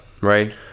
Right